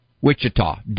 Wichita